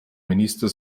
minister